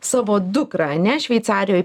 savo dukrą ane šveicarijoj